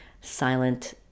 silent